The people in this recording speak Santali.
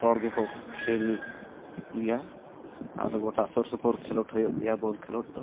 ᱦᱚᱲ ᱜᱮᱠᱚ ᱠᱷᱮᱞ ᱜᱮᱭᱟ ᱟᱨ ᱜᱚᱴᱟ ᱥᱩᱨ ᱥᱩᱯᱩᱨ ᱠᱷᱮᱞᱳᱰ ᱦᱩᱭᱩᱜ ᱜᱮᱭᱟ ᱵᱳᱞ ᱠᱷᱮᱞᱳᱰ ᱫᱚ